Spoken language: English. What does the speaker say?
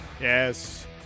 Yes